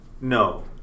No